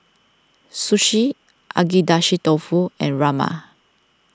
Sushi Agedashi Dofu and Rajma